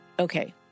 Okay